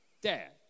dad